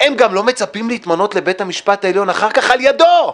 הם גם לא מצפים להתמנות לבית המשפט העליון אחר כך על ידו.